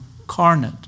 incarnate